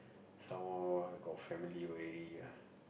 some more I got family already ah